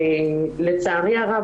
לצערי הרב,